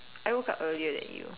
I woke up earlier than you